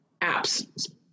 apps